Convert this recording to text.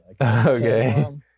okay